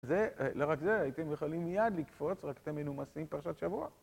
זה, לא רק זה, הייתם יכולים מיד לקפוץ, רק אתם מנומסים פרשת שבוע